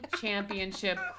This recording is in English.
championship